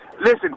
listen